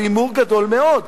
זה הימור גדול מאוד.